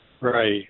Right